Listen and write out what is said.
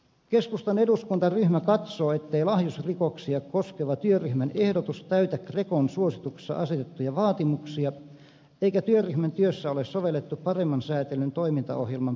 keskustan eduskuntaryhmä katsoo ettei lahjusrikoksia koskeva työryhmän ehdotus täytä grecon suosituksissa asettuja vaatimuksia eikä työryhmän työssä ole sovellettu paremman säätelyn toimintaohjelman periaatteita